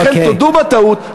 ולכן תודו בטעות,